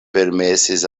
permesis